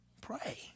Pray